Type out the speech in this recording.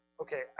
Okay